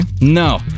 No